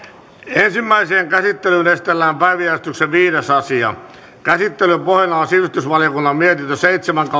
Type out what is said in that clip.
ensimmäiseen käsittelyyn esitellään päiväjärjestyksen viides asia käsittelyn pohjana on sivistysvaliokunnan mietintö seitsemän